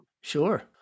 Sure